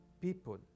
people